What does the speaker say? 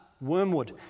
Wormwood